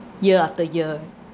year after year